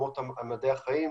לעולמות מדעי החיים,